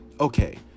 Okay